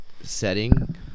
setting